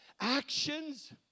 Actions